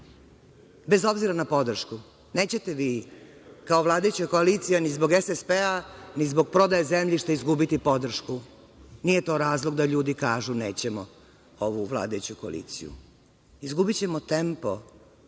Bez obzira na podršku, nećete vi kao vladajuća koalicija ni zbog SSP-a, ni zbog prodaje zemljišta izgubiti podršku, nije to razlog da ljudi kažu - nećemo ovu vladajuću koaliciju. Izgubićemo tempo